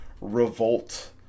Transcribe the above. Revolt